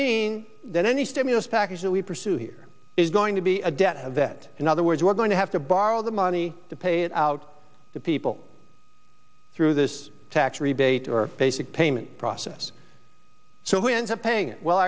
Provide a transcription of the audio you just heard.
mean that any stimulus package that we pursue here is going to be a debt that in other words we're going to have to borrow the money to pay it out to people through this tax rebate or basic payment process so we end up paying it well